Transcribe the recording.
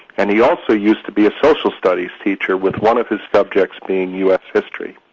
and he also used to be a social studies teacher, with one of his subjects being u s history.